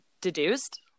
deduced